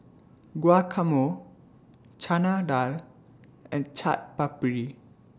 Guacamole Chana Dal and Chaat Papri